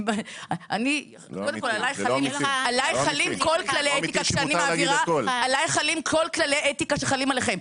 עליי חלים כל כללי אתיקה שחלים עליכם.